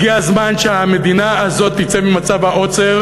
הגיע הזמן שהמדינה הזאת תצא ממצב העוצר